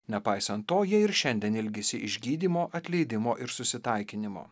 nepaisant to jie ir šiandien ilgisi išgydymo atleidimo ir susitaikinimo